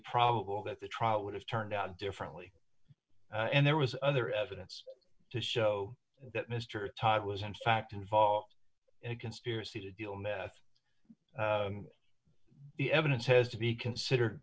probable that the trial would have turned out differently and there was other evidence to show that mr tague was in fact involved in a conspiracy to deal meth the evidence has to be considered